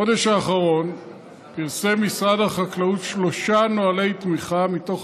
בחודש האחרון פרסם משרד החקלאות שלושה נוהלי תמיכה מתוך